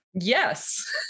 Yes